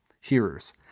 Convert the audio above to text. hearers